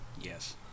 yes